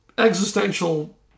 existential